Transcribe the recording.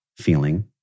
feeling